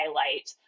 highlight